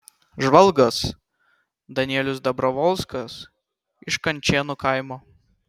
žvalgas danielius dabrovolskas iš kančėnų kaimo